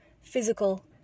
physical